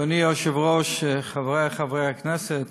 אדוני היושב-ראש, חבריי חברי הכנסת,